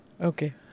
Okay